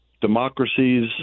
democracies